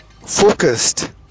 focused